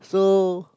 so